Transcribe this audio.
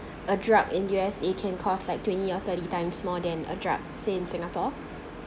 a drug in U_S_A can cost like twenty or thirty times more than a drug say in singapore